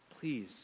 please